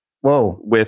Whoa